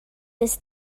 this